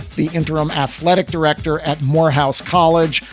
the interim athletic director at morehouse college,